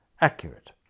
accurate